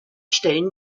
stellen